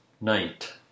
night